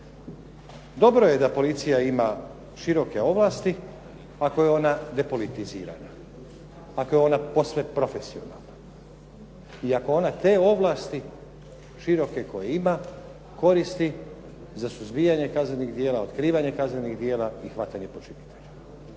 Dobro je da policija ima široke ovlasti ako je ona depolitizirana, ako je ona posve profesionalna i ako ona te ovlasti široke koje ima koristi za suzbijanje kaznenih djela, otkrivanje kaznenih djela i hvatanje počinitelja.